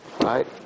right